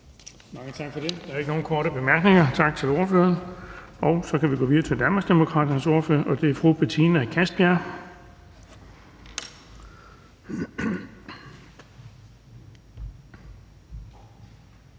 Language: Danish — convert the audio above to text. Mange tak for det. Der er ikke nogen korte bemærkninger. Tak til ordføreren. Og så kan vi gå videre til Danmarksdemokraternes ordfører, og det er fru Betina Kastbjerg.